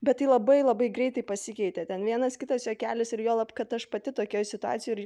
bet tai labai labai greitai pasikeitė ten vienas kitas juokelis ir juolab kad aš pati tokioj situacijoj